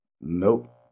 Nope